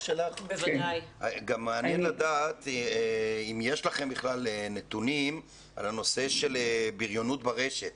גם מעניין לדעת אם יש לכם בכלל נתונים על הנושא של בריונות ברשת,